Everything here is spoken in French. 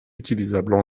utilisables